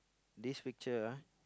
this picture ah